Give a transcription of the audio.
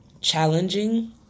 challenging